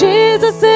Jesus